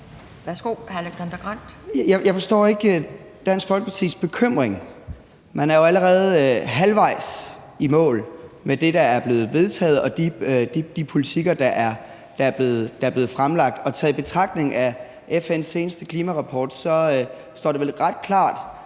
Jeg forstår ikke Dansk Folkepartis bekymring. Man er jo allerede halvvejs i mål med det, der er blevet vedtaget, og de politikker, der er blevet fremlagt. Og i betragtning af FN's seneste klimarapport står det vel ret klart,